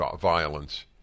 violence